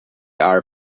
are